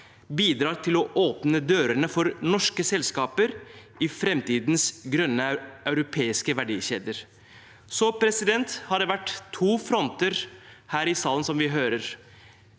bidrar til å åpne dørene for norske selskaper i framtidens grønne europeiske verdikjeder. Det har, som vi hører, vært to fronter her i salen: de som vil isolere